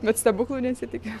bet stebuklų nesitikiu